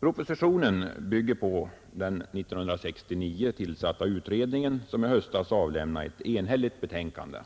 Propositionen bygger på den år 1969 tillsatta utredningen, som i höstas avlämnade ett enhälligt betänkande.